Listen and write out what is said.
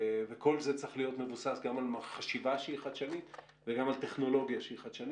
וכל זה צריך להיות מבוסס גם על חשיבה חדשנית וגם על טכנולוגיה חדשנית,